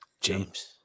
James